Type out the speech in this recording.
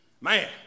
Man